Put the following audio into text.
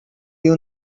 you